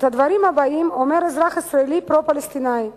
את הדברים הבאים אומר אזרח ישראלי פרו-פלסטיני: